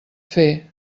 fer